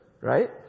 right